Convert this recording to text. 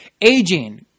Aging